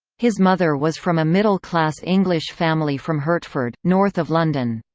his mother was from a middle-class english family from hertford, north of london.